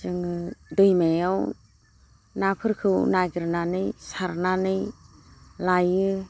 जोङो दैमायाव नाफोरखौ नागिरनानै सारनानै लायो